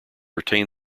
retained